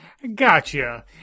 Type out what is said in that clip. Gotcha